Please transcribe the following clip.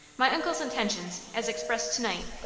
my uncle's intentions, as expressed to-night,